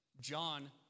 John